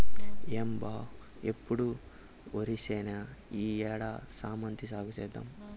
ఏం బా ఎప్పుడు ఒరిచేనేనా ఈ ఏడు శామంతి సాగు చేద్దాము